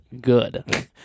good